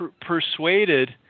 persuaded